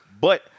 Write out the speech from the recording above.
But-